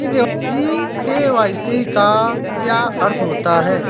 ई KYC का क्या अर्थ होता है?